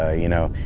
ah you know,